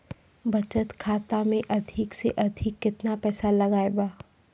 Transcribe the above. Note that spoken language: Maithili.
बचत खाता मे अधिक से अधिक केतना पैसा लगाय ब?